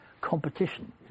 competition